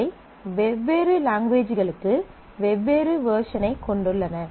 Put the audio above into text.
அவை வெவ்வேறு லாங்குவேஜ்களுக்கு வெவ்வேறு வெர்சனைக் கொண்டுள்ளன